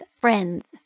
friends